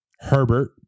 Herbert